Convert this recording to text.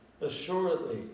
Assuredly